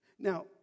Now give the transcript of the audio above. Now